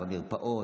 במרפאות.